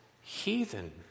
heathen